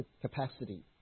capacity